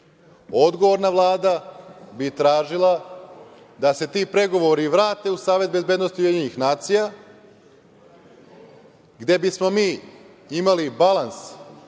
Odgovorna Vlada bi tražila da se ti pregovori vrate u Savet bezbednosti UN gde bismo mi imali balans